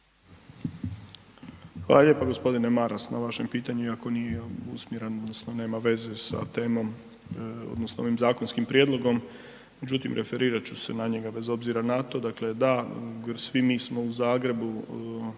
Hvala lijepa g. Maras na vašem pitanju iako nije usmjeren odnosno nema veze sa temom odnosno ovim zakonskim prijedlogom. Međutim, referirat ću se na njega bez obzira na to. Dakle, da, svi mi smo u Zagrebu